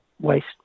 waste